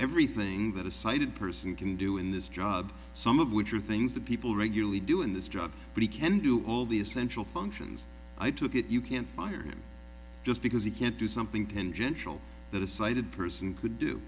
everything that a sighted person can do in this job some of which are things that people regularly do in this job but he can do all the essential functions i took it you can't fire him just because he can't do something congenital that a sighted person could do